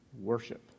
worship